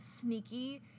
sneaky